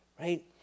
right